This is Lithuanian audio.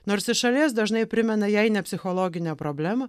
nors iš šalies dažnai primena jei ne psichologinę problemą